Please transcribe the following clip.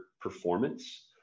performance